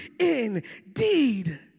indeed